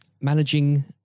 managing